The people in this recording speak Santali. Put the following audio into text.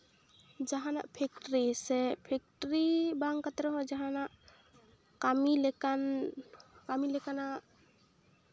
ᱡᱟᱦᱟᱱᱟᱜ ᱯᱷᱮᱠᱴᱨᱤ ᱥᱮ ᱯᱷᱮᱠᱴᱨᱤ ᱵᱟᱝ ᱠᱟᱛᱮ ᱨᱮᱦᱚᱸ ᱡᱟᱦᱟᱱᱟᱜ ᱠᱟᱹᱢᱤ ᱞᱮᱠᱟᱱ ᱠᱟᱹᱢᱤ ᱞᱮᱠᱟᱱᱟᱜ